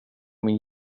min